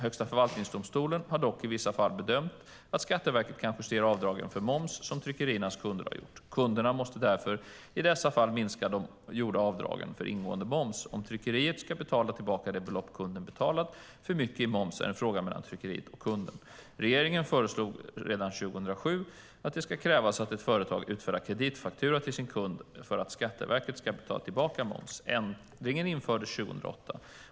Högsta förvaltningsdomstolen har dock i vissa fall bedömt att Skatteverket kan justera avdragen för moms som tryckeriernas kunder har gjort. Kunderna måste därför i dessa fall minska de gjorda avdragen för ingående moms. Om tryckeriet ska betala tillbaka det belopp kunden betalat för mycket i moms är en fråga mellan tryckeriet och kunden. Regeringen föreslog redan 2007 att det ska krävas att ett företag utfärdar kreditfaktura till sin kund för att Skatteverket ska betala tillbaka moms. Ändringen infördes 2008.